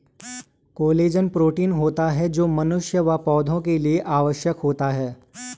collagen protein होता है जो मनुष्य व पौधा के लिए आवश्यक होता है